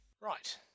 Right